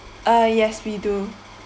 uh yes we do